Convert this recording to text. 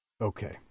Okay